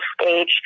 stage